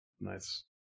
Nice